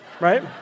right